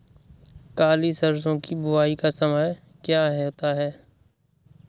काली सरसो की बुवाई का समय क्या होता है?